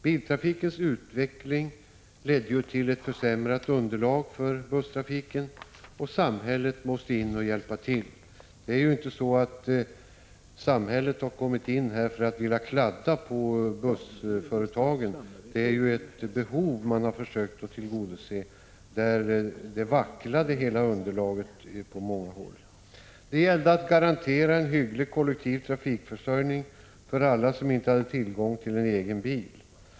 Biltrafikens utveckling ledde till ett försämrat underlag för busstrafiken, och samhället måste hjälpa till — när samhället har ingripit har det inte varit för att man velat ”kladda” på bussföretagen, utan här fanns ett behov som måste tillgodoses på grund av att hela underlaget vacklade på många håll. Det gällde att garantera en hygglig kollektiv trafikförsörjning för alla som inte hade tillgång till en egen bil.